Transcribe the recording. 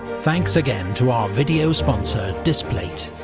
thanks again to our video sponsor displate,